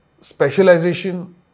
specialization